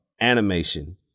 animation